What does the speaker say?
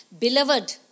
Beloved